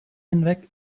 hinweg